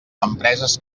empreses